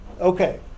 Okay